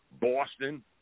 Boston